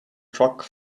truck